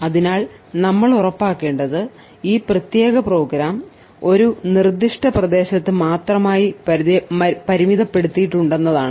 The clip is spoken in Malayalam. അതിനാൽനമ്മൾ ഉറപ്പാക്കേണ്ടത് ഈ പ്രത്യേക പ്രോഗ്രാം ഒരു നിർദ്ദിഷ്ട പ്രദേശത്ത് മാത്രമായി പരിമിതപ്പെടുത്തിയിട്ടുണ്ടെന്നതാണ്